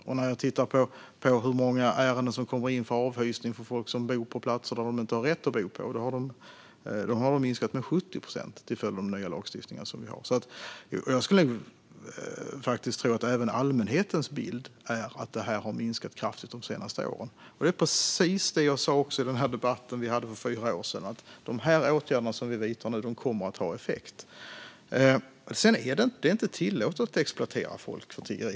Och antalet ärenden med avhysning av folk som bor på platser där de inte har rätt att bo har minskat med 70 procent till följd av den nya lagstiftningen. Jag skulle tro att även allmänhetens bild är att detta har minskat kraftigt de senaste åren. Detta var precis det jag sa i den debatt som vi hade för fyra år sedan: De åtgärder som vi vidtar nu kommer att ha effekt. Det är inte tillåtet att exploatera folk för tiggeri.